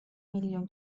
میلیون